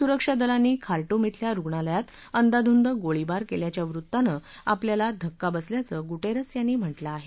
सुरक्षादलांनी खा ुजि क्रिल्या रुग्णालयात अंदाधुंद गोळीबार केल्याच्या वृत्तानं आपल्याला धक्का बसल्याचं गु उस यांनी म्हा किं आहे